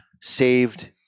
saved